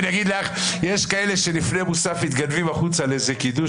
הוא יגיד לך: יש כאלה שלפני מוסף מתגנבים החוצה לאיזה קידוש,